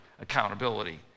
accountability